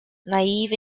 naive